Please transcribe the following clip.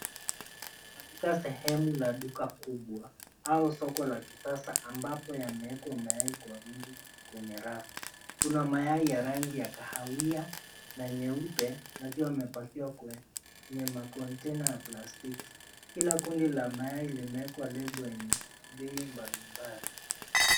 Katika sehemu la duka kubwa, au soko la kisasa ampabo yamewekwa mayai kwa wingi kwenye rafu. Kuna mayai ya rangi ya kahawia na nyeupe, na pia yamepakiwa kwenye makontena ya plastiki. Kila kundi la mayai limewekwa lebo yenye bei mbalimbali.